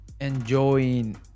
enjoying